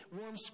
warm